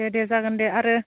दे दे जागोन दे आरो